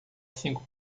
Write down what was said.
cinco